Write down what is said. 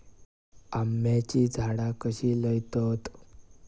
आम्याची झाडा कशी लयतत?